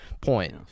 point